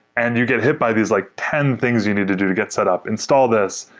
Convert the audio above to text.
and you get hit by these like ten things you need to do to get set up. install this.